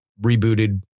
rebooted